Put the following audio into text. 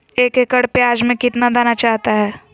एक एकड़ प्याज में कितना दाना चाहता है?